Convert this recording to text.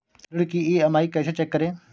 ऋण की ई.एम.आई कैसे चेक करें?